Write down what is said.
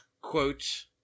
quote